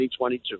2022